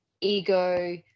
ego